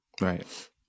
Right